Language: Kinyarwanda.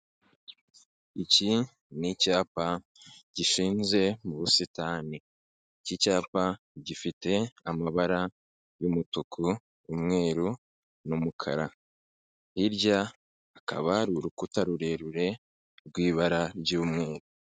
Iki ni icyapa gishinze mu busitani. Iki cyapa gifite amabara y'umutuku, umweru n'umukara. Hirya hakaba hari urukuta rurerure rw'ibara ry'umweru.